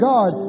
God